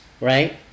right